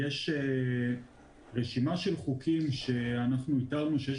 יש רשימה של חוקים שאנחנו איתרנו שיש